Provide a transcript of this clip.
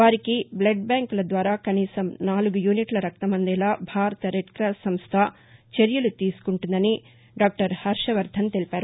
వారికి బ్లడ్ బ్యాంకుల ద్వారా కనీసం నాలుగు యూనిట్ల రక్తం అందేలా భారత రెడ్ క్రాస్ సంస్థ చర్యలు తీసుకుంటుందని డాక్షర్ హర్టవర్గన్ తెలిపారు